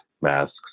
masks